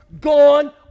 gone